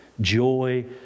joy